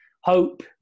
hope